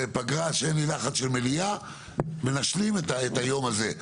בפגרה שאין לי לחץ של מליאה, ונשלים את היום הזה.